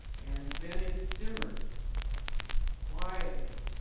and then it simmered quietly,